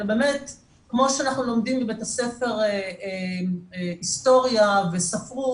אלא באמת כמו שאנחנו לומדים בבית הספר היסטוריה וספרות,